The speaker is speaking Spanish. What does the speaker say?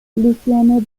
luciano